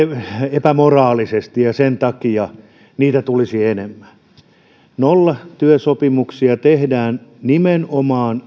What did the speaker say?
epämoraalisesti ja sen takia niitä tulisi enemmän nollatyösopimuksia tehdään nimenomaan